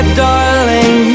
darling